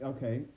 Okay